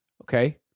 Okay